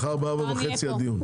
מחר ב-16:30 הדיון.